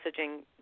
messaging